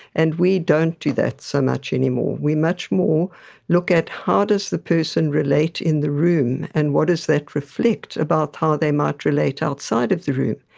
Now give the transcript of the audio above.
and we don't do that so much anymore. we much more look at how does the person relate in the room and what does that reflect about how they might relate outside of the room.